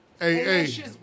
hey